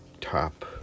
top